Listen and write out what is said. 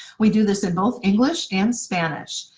we do this in both english and spanish.